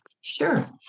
Sure